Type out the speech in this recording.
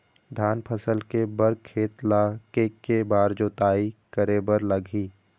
धान फसल के बर खेत ला के के बार जोताई करे बर लगही?